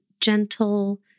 gentle